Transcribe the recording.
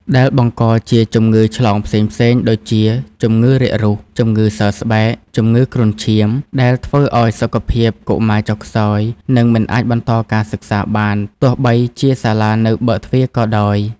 ដែលបង្កជាជំងឺឆ្លងផ្សេងៗដូចជា ជំងឺរាគរូស ជំងឺសើស្បែក និងគ្រុនឈាម ដែលធ្វើឱ្យសុខភាពកុមារចុះខ្សោយ និងមិនអាចបន្តការសិក្សាបាន ទោះបីជាសាលានៅបើកទ្វារក៏ដោយ។